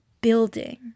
building